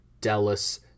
Dallas